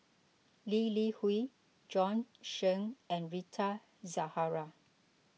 Lee Li Hui Bjorn Shen and Rita Zahara